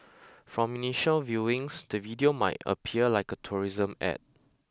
from initial viewings the video might appear like a tourism ad